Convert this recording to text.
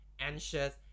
anxious